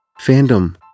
Fandom